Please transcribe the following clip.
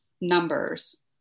numbers